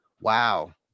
Wow